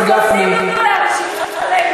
יש לי את הרשימה פה.